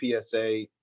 PSA